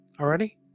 already